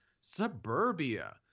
Suburbia